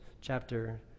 chapter